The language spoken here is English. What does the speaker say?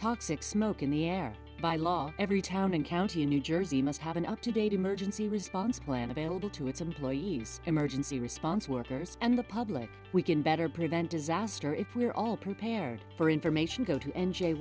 toxic smoke in the air by law every town and county in new jersey must have an up to date emergency response plan available to its employees emergency response workers and the public we can better prevent disaster if we're all prepared for information go